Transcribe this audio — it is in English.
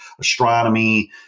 astronomy